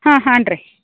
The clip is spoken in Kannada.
ಹಾಂ ಹಾಂ ರೀ